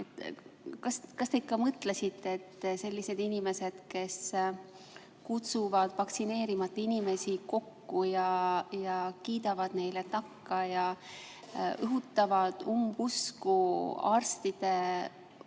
Kas te ikka mõtlesite, et sellised inimesed, kes kutsuvad vaktsineerimata inimesi kokku ja kiidavad neile takka ja õhutavad umbusku arstide vastu,